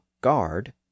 guard